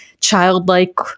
childlike